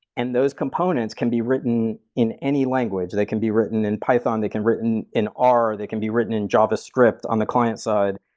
and those components can be written in any language. they can be written in python, they can be written in r, they can be written in javascript on the client's side.